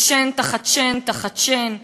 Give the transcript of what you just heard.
ושן תחת שן תחת שן,